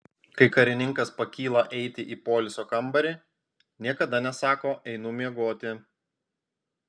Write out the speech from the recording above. kai karininkas pakyla eiti į poilsio kambarį niekada nesako einu miegoti